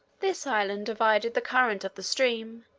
this island divided the current of the stream,